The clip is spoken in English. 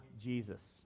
Jesus